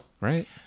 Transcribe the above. Right